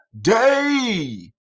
Day